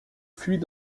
fuient